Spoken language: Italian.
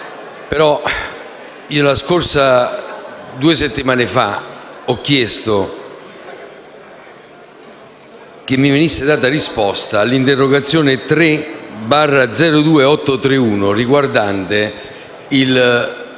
ma due settimane fa ho chiesto che venisse data risposta all’interrogazione 3-02831 riguardante